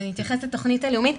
אתייחס לתוכנית הלאומית.